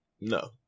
No